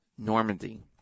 Normandy